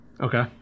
Okay